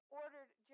ordered